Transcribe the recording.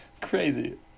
Crazy